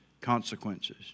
consequences